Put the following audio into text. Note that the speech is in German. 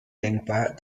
denkbar